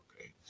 okay